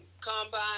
combine